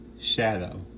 Shadow